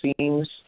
seems –